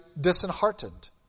disheartened